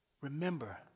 Remember